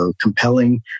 compelling